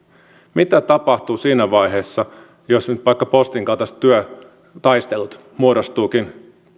mitä tapahtuu siinä vaiheessa jos nyt vaikka postin kaltaiset työtaistelut muodostuvatkin